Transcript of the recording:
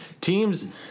Teams –